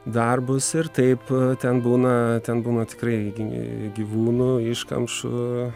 darbus ir taip ten būna ten būna tikrai gy gyvūnų iškamšų